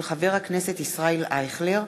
מאת חבר הכנסת ישראל אייכלר,